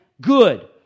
Good